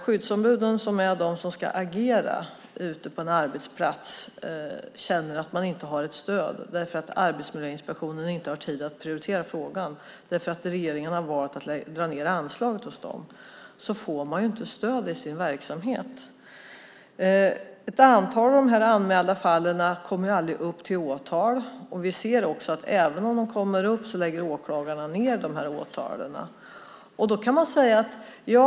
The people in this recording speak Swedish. Skyddsombuden som är de som ska agera ute på en arbetsplats känner att de inte har stöd, för Arbetsmiljöinspektionen har inte tid att prioritera frågan för att regeringen har valt att dra ned anslaget hos dem. Skyddsombuden får inte stöd i sin verksamhet. Ett antal av de anmälda fallen kommer aldrig upp till åtal. Vi ser också att även om de kommer upp lägger åklagaren ned åtalen.